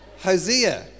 Hosea